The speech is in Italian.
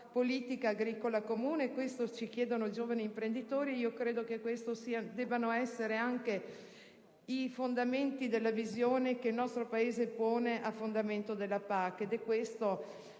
politica agricola comune, questo ci chiedono i giovani imprenditori, questi credo che debbano essere anche i fondamenti della visione che il nostro Paese pone a fondamento della PAC; ed è questa